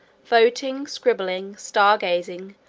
voting, scribbling, star-gazing,